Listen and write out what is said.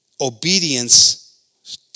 Obedience